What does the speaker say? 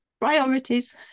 Priorities